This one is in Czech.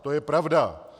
To je pravda.